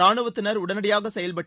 ரானுவத்தினர் உடனடியாக செயல்பட்டு